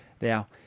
Now